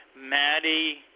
Maddie